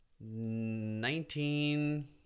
Nineteen